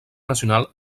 nacional